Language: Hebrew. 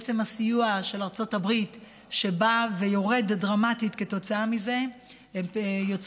עצם הסיוע של ארצות הברית שיורד דרמטית כתוצאה מזה יוצר